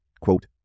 Quote